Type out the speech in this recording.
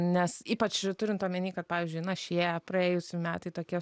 nes ypač turint omeny kad pavyzdžiui na šie praėjusi metai tokie